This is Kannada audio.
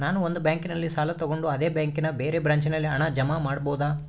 ನಾನು ಒಂದು ಬ್ಯಾಂಕಿನಲ್ಲಿ ಸಾಲ ತಗೊಂಡು ಅದೇ ಬ್ಯಾಂಕಿನ ಬೇರೆ ಬ್ರಾಂಚಿನಲ್ಲಿ ಹಣ ಜಮಾ ಮಾಡಬೋದ?